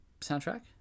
soundtrack